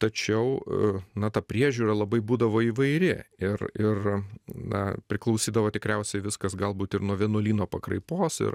tačiau na ta priežiūra labai būdavo įvairi ir ir na priklausydavo tikriausiai viskas galbūt ir nuo vienuolyno pakraipos ir